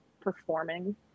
performing